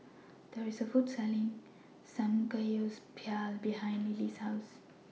There IS A Food Court Selling Samgeyopsal behind Lillie's House